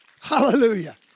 Hallelujah